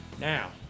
now